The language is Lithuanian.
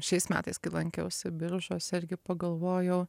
šiais metais kai lankiausi biržuose irgi pagalvojau